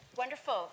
Wonderful